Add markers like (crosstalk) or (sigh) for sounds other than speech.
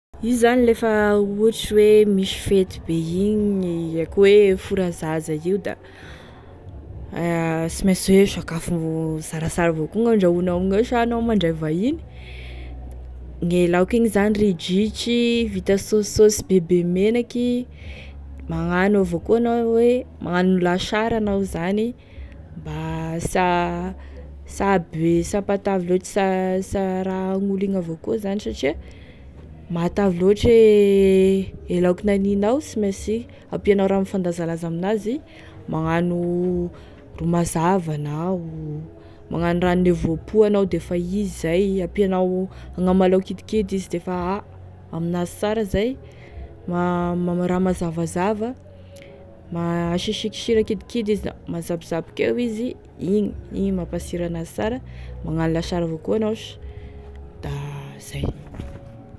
Izy zany lefa ohatry hoe fety bé igny, akoa hoe fora zaza io da (hesitation) sy mainsy hoe sakafo sarasara avao koa gn'handrahoinao amin'igneo, sa anao mandray vahiny, e laoky igny zany ridritry, vita saosy saosy be be menaky, magnano avao koa anao hoe, magnano lasary anao zany mba sy ha- sy hahabe, sy hampatavy loatry sy ha- sy hara an'olo igny avao koa satria matavy loatry e laoky naninao sy mainsy ampianao raha mifandajalanja aminazy magnano ro mazava anao, magnano ranone voapoa anao defa izy zay, ampianao agnamalaho kidikidy izy defa ha defa aminazy sara zay, magnano raha mazavazava, ma- asiasiagny sira kidikidy izy majabozaboky eo izy, igny igny e mampasiro an'azy sara, magnano lasary avao koa anao sa da zay.